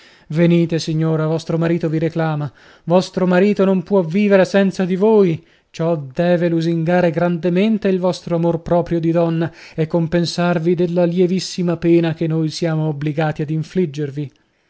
venite signora vostro marito vi reclama vostro marito non può vivere senza di voi ciò deve lusingare grandemente il vostro amor proprio di donna e compensarvi della lievissima pena che noi siamo obbligati ad infliggervi